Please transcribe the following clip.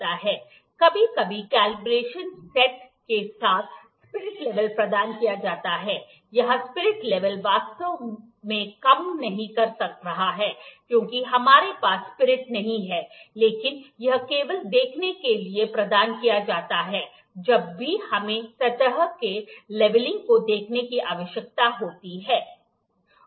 कभी कभी combination set के साथ स्पिरिट लेवल प्रदान किया जाता है यहां स्पिरिट लेवल वास्तव में काम नहीं कर रहा है क्योंकि हमारे पास स्पिरिट नहीं है लेकिन यह लेवल देखने के लिए प्रदान किया जाता है जब भी हमें सतह के लेवलिंग को देखने की आवश्यकता होती है